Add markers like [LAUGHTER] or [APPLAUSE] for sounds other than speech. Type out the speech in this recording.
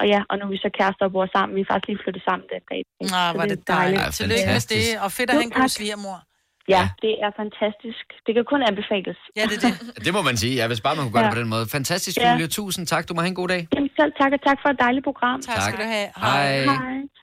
Og ja, og nu er vi så kærester og bor sammen. Vi er faktisk lige flyttet sammen den dag i dag. Nå, Så hvor det er er det dejligt. dejligt. Ej, Tillykke Ja. med det, det er fantastisk. og fedt at Jo, have en god tak. svigermor. Ja, Ja. det er fantastisk. Det kan kun anbefales. Ja, det er det. [LAUGHS] Det må man sige. Ja, hvis bare man kunne gøre Ja. det på den måde. Fantastisk, Ja. Julia. Tusind tak. Du må have en god dag. Jamen, selv tak, og tak for et dejligt program. Tak Tak. skal du have. Hej. Hej. Hej.